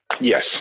Yes